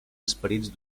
esperits